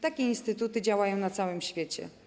Takie instytuty działają na całym świecie.